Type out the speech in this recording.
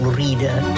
reader